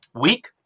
weak